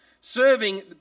Serving